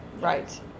right